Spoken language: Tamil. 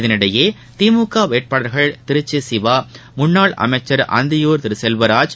இதனிடையே திமுக வேட்பாளர்கள் திருச்சி சிவா முன்னாள் அமைச்சள் அந்தியூர் திரு செல்வராஜ்